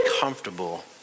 comfortable